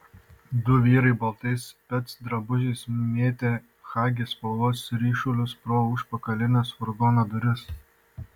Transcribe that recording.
du vyrai baltais specdrabužiais mėtė chaki spalvos ryšulius pro užpakalines furgono duris